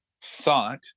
thought